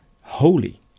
holy